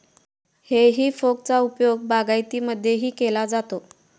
हेई फोकचा उपयोग बागायतीमध्येही केला जातो